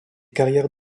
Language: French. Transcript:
carrières